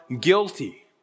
guilty